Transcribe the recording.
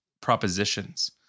propositions